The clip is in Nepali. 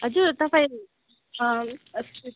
हजुर तपाईँ